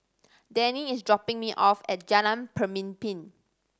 Dennie is dropping me off at Jalan Pemimpin